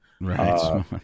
Right